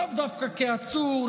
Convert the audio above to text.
לאו דווקא כעצור,